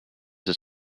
his